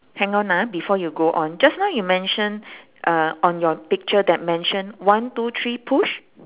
hang on ah before you go on just now you mentioned uh on your picture that mentioned one two three push